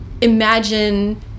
imagine